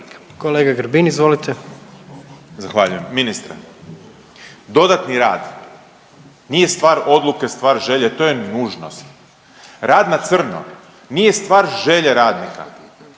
**Grbin, Peđa (SDP)** Zahvaljujem. Ministre, dodatni rad nije stvar odluke stvar želje to je nužnost. Rad na crno nije stvar želje radnika